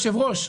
היושב ראש,